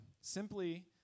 simply